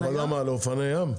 חניה לאופני ים?